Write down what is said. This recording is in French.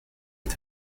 est